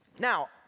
Now